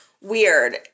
weird